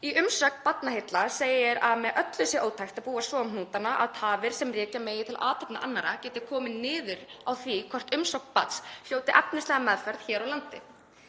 Í umsögn Barnaheilla segir að með öllu sé ótækt að búa svo um hnútana að tafir sem rekja megi til athafna annarra geti komið niður á því hvort umsókn barns hljóti efnislega meðferð hér á landi.